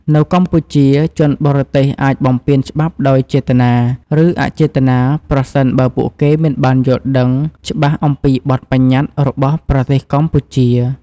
នៅកម្ពុជា ជនបរទេសអាចបំពានច្បាប់ដោយចេតនា ឬអចេតនាប្រសិនបើពួកគេមិនបានយល់ដឹងច្បាស់អំពីបទប្បញ្ញត្តិរបស់ប្រទេសកម្ពុជា។